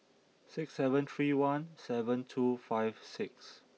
six seven three one seven two five six